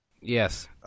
Yes